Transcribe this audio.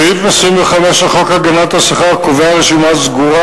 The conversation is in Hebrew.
סעיף 25 לחוק הגנת השכר קובע רשימה סגורה